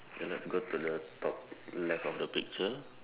okay now go to the top left of the picture